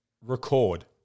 record